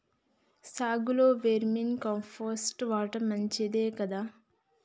సాగులో vermicompost వాడటం మంచిదే కదా?